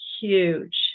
huge